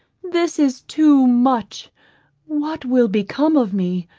this is too much what will become of me?